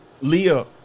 Leah